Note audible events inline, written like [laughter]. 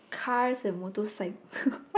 cars and motorcy~ [laughs]